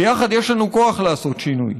יחד יש לנו כוח לעשות שינוי.